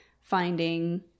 finding